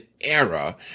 era